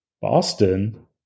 Boston